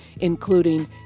including